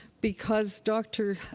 because dr.